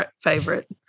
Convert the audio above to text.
favorite